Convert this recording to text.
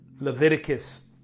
Leviticus